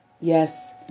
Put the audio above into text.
Yes